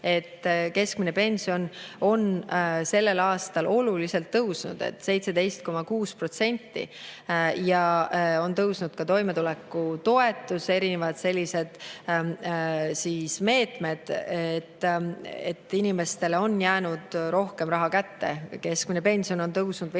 keskmine pension on sellel aastal oluliselt tõusnud – 17,6%. On tõusnud ka toimetulekutoetus ja erinevad sellised meetmed. Inimestele on jäänud rohkem raha kätte. Keskmine pension on tõusnud 595